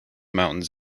mountains